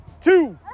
two